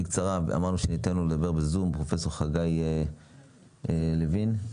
פרופ' חגי לוין,